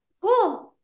cool